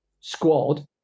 squad